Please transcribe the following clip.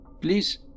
Please